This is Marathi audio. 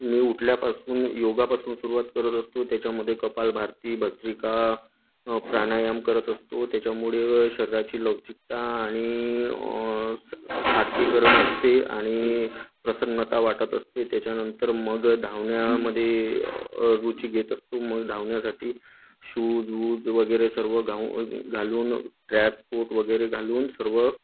मी उठल्यापासून योगापासून सुरवात करत असतो त्याच्यामध्ये कपाल भारती भर्त्सिका प्राणायाम करत असतो त्याच्यामुळे शरीराची लवचिकता आणि साथीकरण असते आणि प्रसन्नता वाटत असते त्याच्यानंतर मग धावण्यामध्ये रुची घेत असतो मग धावण्यासाठी शूज उज वगैरे सर्व घाऊ घालून कॅप कोट वगैरे घालून सर्व